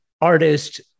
artist